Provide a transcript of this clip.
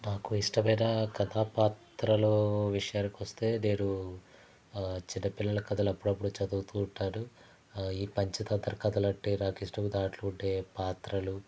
నాకు ఇష్టమైన కథా పాత్రలు విషయానికి వస్తే నేను చిన్న పిల్లల కథలు అప్పుడప్పుడు చదువుతూ ఉంటాను ఈ పంచతంత్ర కథలు అంటే నాకు ఇష్టం దాంట్లో ఉండే పాత్రలు